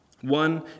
One